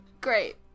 Great